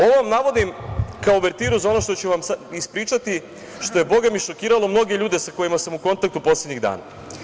Ovo vam navodim kao uvertiru za ono što ću vam sada ispričati, što je bogami šokiralo mnoge ljude sa kojima sam u kontaktu poslednjih dana.